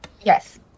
Yes